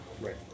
right